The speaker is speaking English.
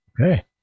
Okay